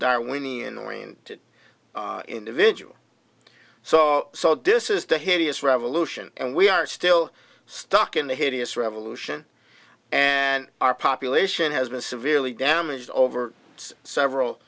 darwinian oriented individual saw so this is the hideous revolution and we are still stuck in the hideous revolution and our population has been severely damaged over several